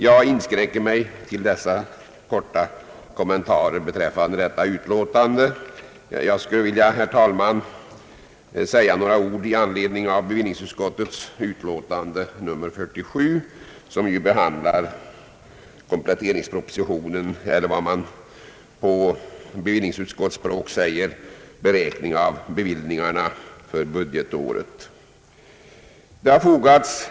Jag inskränker mig till dessa korta kommentarer beträffande detta utlåtande. Herr talman! Jag vill också säga några ord i anledning av bevillningsutskottets betänkande nr 47, som ju behandlar kompletteringspropositionen eller, som man säger på bevillningsut skottsspråk, beräkning av bevillningarna för budgetåret.